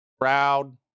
proud